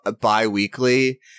bi-weekly